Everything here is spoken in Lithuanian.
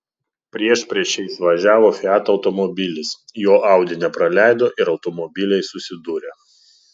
priešpriešiais važiavo fiat automobilis jo audi nepraleido ir automobiliai susidūrė